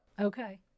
Okay